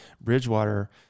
Bridgewater